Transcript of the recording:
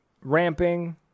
ramping